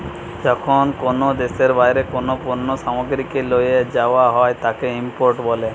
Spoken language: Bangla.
যখন কোনো দেশের বাইরে কোনো পণ্য সামগ্রীকে লিয়ে যায়া হয় তাকে ইম্পোর্ট বলে